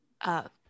up